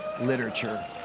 literature